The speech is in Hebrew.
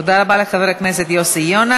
תודה רבה לחבר הכנסת יוסי יונה.